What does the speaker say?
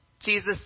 Jesus